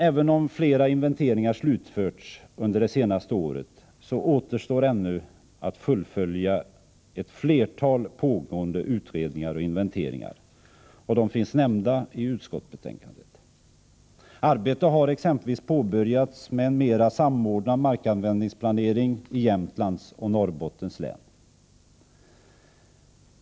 Även om flera inventeringar slutförts under det senaste året, återstår det ännu att fullfölja ett flertal pågående utredningar och inventeringar; de finns nämnda i utskottsbetänkandet. Arbete har exempelvis påbörjats med en mera samordnad markanvändningsplanering i Jämtlands län och Norrbottens län.